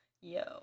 Yo